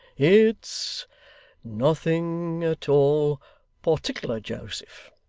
it's nothing at all partickler, joseph.